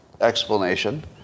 explanation